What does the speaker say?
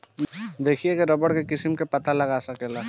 देखिए के रबड़ के किस्म के पता लगा सकेला